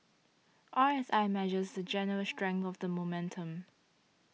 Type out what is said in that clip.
R S I measures the general strength of the momentum